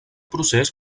procés